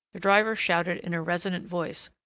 the driver shouted in a resonant voice,